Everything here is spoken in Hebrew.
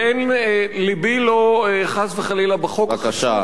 ואין, לבי לא, חס וחלילה, בחוק החשוב, בבקשה.